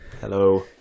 Hello